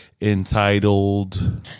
entitled